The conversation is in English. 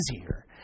easier